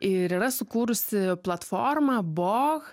ir yra sukūrusi platformą boch